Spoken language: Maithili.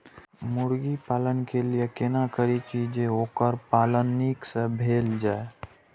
मुर्गी पालन के लिए केना करी जे वोकर पालन नीक से भेल जाय?